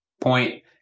point